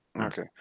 Okay